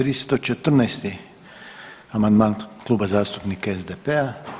314. amandman Kluba zastupnika SDP-a.